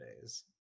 days